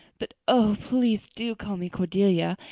but, oh, please do call me cordelia.